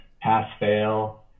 pass-fail